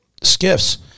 skiffs